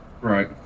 Right